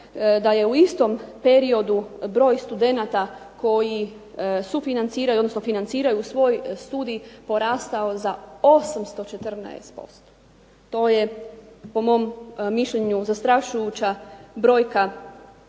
da je u istom periodu broj studenata koji sufinanciraju, odnosno financiraju svoj studij porastao za 814%. To je po mom mišljenju zastrašujuća brojka koja